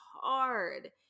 hard